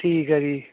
ਠੀਕ ਹੈ ਜੀ